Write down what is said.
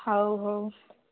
ହଉ ହଉ